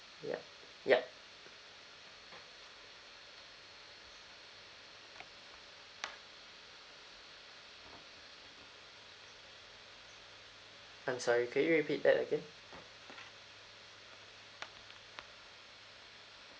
yup yup I'm sorry could you repeat that again